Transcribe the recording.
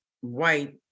white